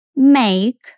Make